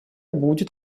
будет